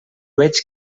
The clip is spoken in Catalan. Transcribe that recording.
veig